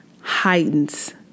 heightens